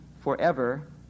forever